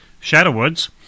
Shadowwoods